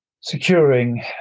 securing